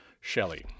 Shelley